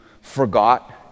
forgot